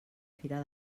fira